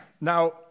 Now